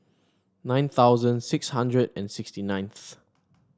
nine thousand six hundred and sixty ninth